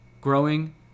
growing